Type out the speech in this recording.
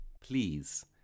Please